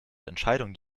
entscheidung